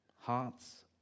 Hearts